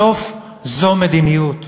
בסוף, זו מדיניות.